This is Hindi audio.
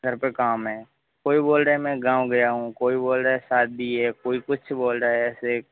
घर पे काम है कोई बोल रहे हैं मैं गाँव गया हूँ कोई बोल रहा है शादी है कोई कुछ बोल रहा है ऐसे